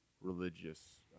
religious